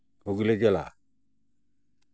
ᱦᱩᱜᱽᱞᱤ ᱡᱮᱞᱟ